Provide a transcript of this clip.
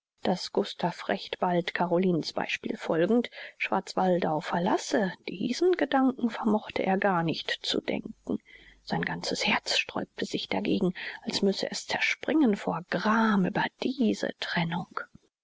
daß gustav recht bald carolinens beispiel folgend schwarzwaldau verlasse diesen gedanken vermochte er gar nicht zu denken sein ganzes herz sträubte sich dagegen als müsse es zerspringen vor gram über diese trennung